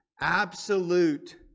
absolute